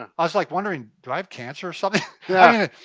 and i like wondering, do i have cancer or something? yeah